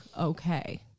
okay